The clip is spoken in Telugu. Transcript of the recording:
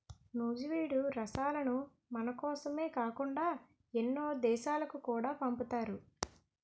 నూజివీడు రసాలను మనకోసమే కాకుండా ఎన్నో దేశాలకు కూడా పంపుతారు